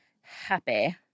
happy